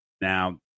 Now